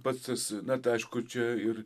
pats tas na tai aišku čia ir